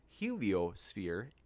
heliosphere